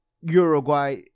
Uruguay